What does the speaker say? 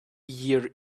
year